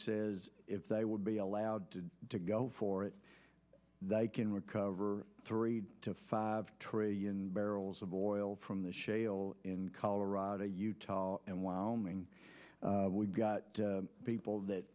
says if they would be allowed to go for it they can recover three to five trillion barrels of oil from the shale in colorado utah and wyoming we've got people that